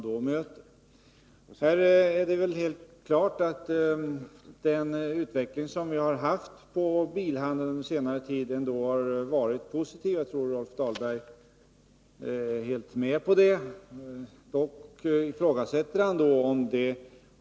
Det är väl ändå klart att den utveckling vi på senare tid haft när det gäller bilhandeln har varit positiv. Jag tror att Rolf Dahlberg helt håller med mig om det.